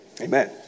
Amen